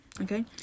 okay